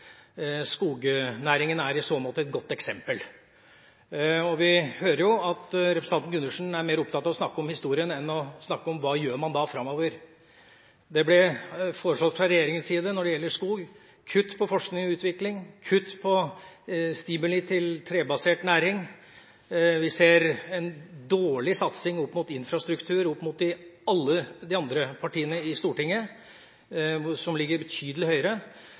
Skognæringen er i så måte et godt eksempel. Vi hører at representanten Gundersen er mer opptatt av å snakke om historien enn å snakke om hva man gjør framover. Dette ble foreslått fra regjeringens side når det gjelder skog: kutt på forskning og utvikling, kutt på stimuli til trebasert næring, vi ser en dårlig satsing på infrastruktur sammenliknet med alle de andre partiene i Stortinget, som ligger betydelig høyere.